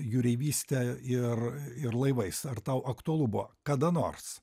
jūreivyste ir ir laivais ar tau aktualu buvo kada nors